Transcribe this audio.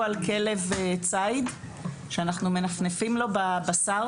על כלב צייד שאנחנו מנפנפים לו בבשר,